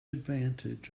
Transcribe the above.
advantage